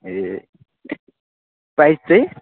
ए price चाहिँ